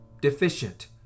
deficient